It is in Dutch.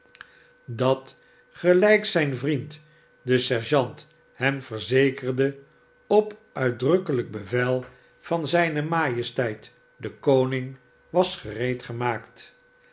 dat gelijk zijn vriend de sergeant hem verzekerde op uitdrukkelijk bevel van zijne majesteit den koning was